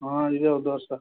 ಹಾಂ ಇದೆ ಒಂದು ವರ್ಷ